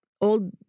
old